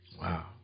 Wow